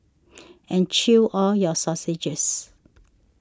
and chew all your sausages